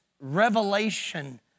revelation